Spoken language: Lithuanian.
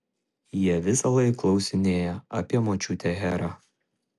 jie visąlaik klausinėja apie močiutę herą